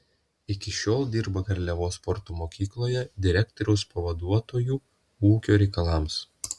iki šiol dirba garliavos sporto mokykloje direktoriaus pavaduotoju ūkio reikalams